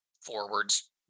forwards